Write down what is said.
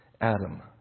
Adam